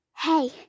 Hey